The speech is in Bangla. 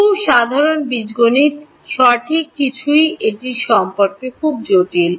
খুব সাধারণ বীজগণিত সঠিক কিছুই এটি সম্পর্কে খুব জটিল